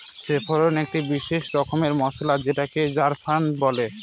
saffron একটি বিশেষ রকমের মসলা যেটাকে জাফরান বলে